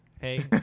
Hey